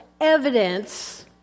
evidence